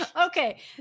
Okay